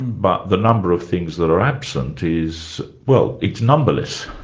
and but the number of things that are absent is, well, it's numberless.